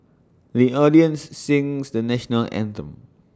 the audience sings the National Anthem